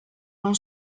non